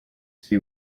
see